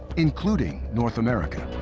including north america.